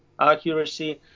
accuracy